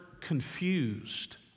confused